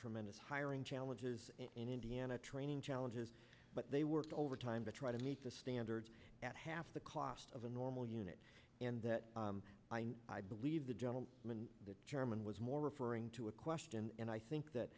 tremendous hiring challenges in indiana training challenges but they worked overtime to try to meet the standards at half the cost of a normal unit and that i believe the general chairman was more for into a question and i think that